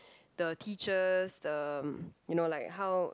the teachers the you know like how